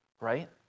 right